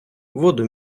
воду